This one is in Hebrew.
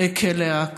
כלא עכו.